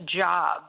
jobs